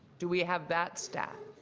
do we have that stat?